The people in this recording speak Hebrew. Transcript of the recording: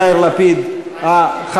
חבר הכנסת יאיר לפיד, לא, אני.